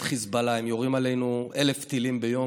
חיזבאללה והם יורים עלינו 1,000 טילים ביום,